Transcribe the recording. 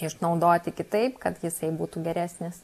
išnaudoti kitaip kad jisai būtų geresnis